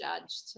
judged